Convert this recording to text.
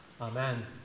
Amen